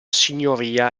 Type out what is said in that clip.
signoria